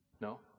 No